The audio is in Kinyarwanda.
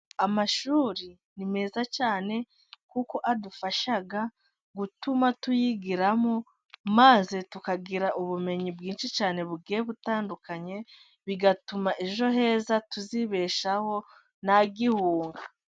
Amashuri ni meza cyane. Kuko adufasha gutuma tuyigiramo maze tukagira ubumenyi bwinshi cyane bugiye butandukanye, bigatuma ejo heza tuzibeshaho nta gihunga.